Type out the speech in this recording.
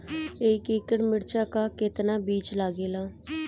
एक एकड़ में मिर्चा का कितना बीज लागेला?